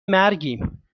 مرگیم